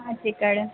पाँच एकड़